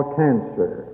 cancer